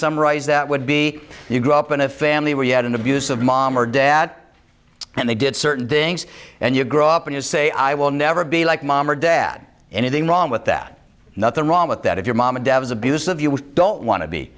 summarize that would be you grew up in a family where you had an abusive mom or dad and they did certain things and you grow up and you say i will never be like mom or dad anything wrong with that nothing wrong with that if your mom and dad is abusive you don't want to be